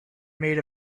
made